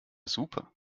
super